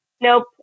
nope